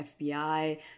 FBI